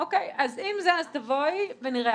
אז אם זה, אז תבואי ונראה.